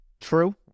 True